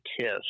kiss